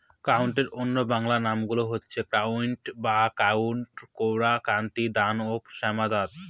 কাউনের অন্য বাংলা নামগুলো হচ্ছে কাঙ্গুই বা কাঙ্গু, কোরা, কান্তি, দানা ও শ্যামধাত